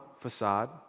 facade